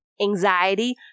anxiety